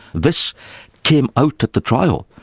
this came out at the trial.